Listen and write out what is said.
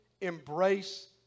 embrace